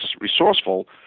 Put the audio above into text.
resourceful